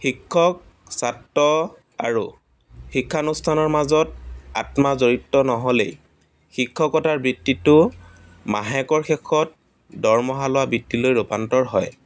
শিক্ষক ছাত্ৰ আৰু শিক্ষানুষ্ঠানৰ মাজত আত্মা জড়িত নহ'লেই শিক্ষকতাৰ বৃত্তিটো মাহেকৰ শেষত দৰমহা লোৱা বৃত্তিলৈ ৰূপান্তৰ হয়